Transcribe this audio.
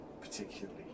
particularly